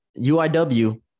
UIW